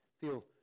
feel